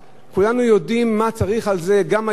כולנו יודעים מה צריך לזה, גם היום.